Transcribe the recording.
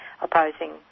opposing